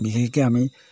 বিশেষকৈ আমি